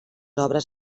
obres